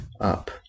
up